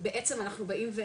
בעצם אנחנו באים,